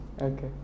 Okay